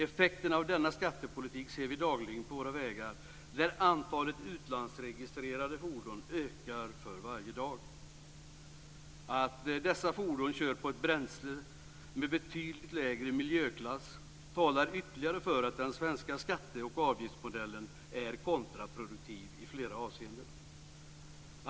Effekterna av denna skattepolitik ser vi dagligen på våra vägar, där antalet utlandsregistrerade fordon ökar för varje dag. Att dessa fordon kör på ett bränsle med betydligt lägre miljöklass talar ytterligare för att den svenska skatte och avgiftsmodellen är kontraproduktiv i flera avseenden.